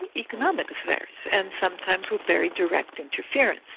economic affairs, and sometimes with very direct interference.